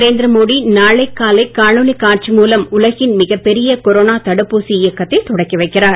நரேந்திர மோடி நாளை காலை காணொளி காட்சி மூலம் உலகின் மிகப்பெரிய கொரோனா தடுப்பூசி இயக்கத்தைத் தொடக்கி வைக்கிறார்